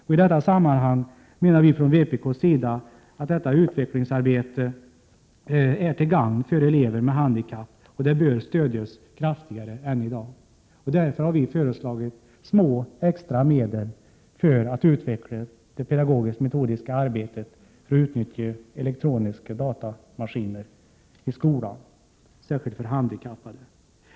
I detta sammanhang menar vi från vpk:s sida att detta utvecklingsarbete är till gagn för elever med handikapp, och det bör stödjas kraftigare än i dag. Därför har vi föreslagit små extra medel till att utveckla det pedagogisktmetodiska arbetet med att utnyttja elektroniska datamaskiner i skolan, särskilt för handikappade.